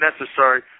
necessary